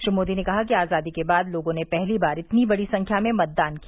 श्री मोदी ने कहा कि आजादी के बाद लोगों ने पहली बार इतनी बड़ी संख्या में मतदान किया